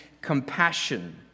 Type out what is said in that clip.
compassion